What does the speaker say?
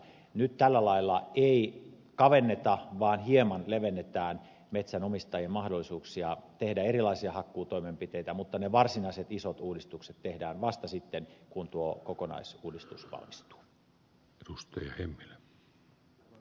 nyt tällä lailla ei kavenneta vaan hieman levennetään metsänomistajien mahdollisuuksia tehdä erilaisia hakkuutoimenpiteitä mutta ne varsinaiset isot uudistukset tehdään vasta sitten kun tuo kokonaisuudistus valmistuu